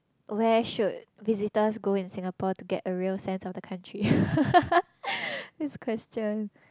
where should visitors go in Singapore to get a real sense of the country this question